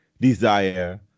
desire